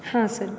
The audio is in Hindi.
हाँ सर